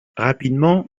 rapidement